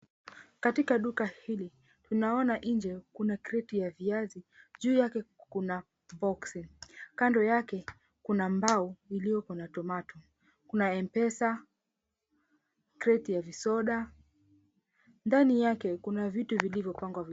Katika duka hili, tunaona nje kuna kreti ya viazi juu yake kuna box kando yake kuna mbao iliyoko na tomato . kuna Mpesa, kreti ya visoda ndani yake kuna vitu vilivyopangwa vizuri.